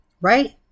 right